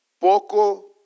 Poco